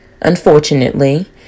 unfortunately